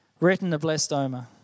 retinoblastoma